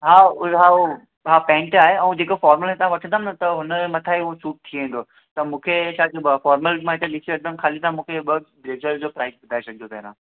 हा उहो हा उहो हा पेन्ट आहे ऐं जेको फॉरमल हितां वठंदमि त हुन मथां ई हू सूट थी वेंदो त मूंखे छा चइबो फॉरमल मां ॾिसी वठंदमि ख़ाली तव्हां मूंखे बस ब्लेज़र जो प्राइज़ बुधाए छॾिजो पहिरियां